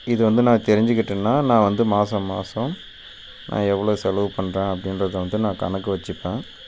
இது வந்து நான் தெரிஞ்சுக்கிட்டேன்னா நான் வந்து மாதம் மாதம் நான் எவ்வளோ செலவுப் பண்ணுறேன் அப்படின்றத வந்து நான் கணக்கு வெச்சிப்பேன்